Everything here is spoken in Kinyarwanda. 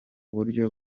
buryo